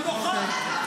הוא נוכח.